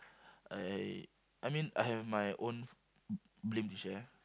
I I mean I have my own blame to share